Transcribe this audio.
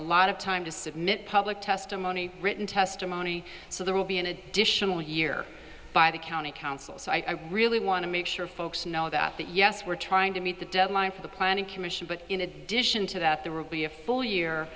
a lot of time to submit public testimony written testimony so there will be an additional year by the county council so i really want to make sure folks know that that yes we're trying to meet the deadline for the planning commission but in addition to that there will be a full year